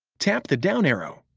tap the down arrow,